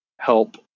help